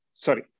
Sorry